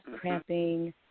cramping